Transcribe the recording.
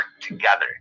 together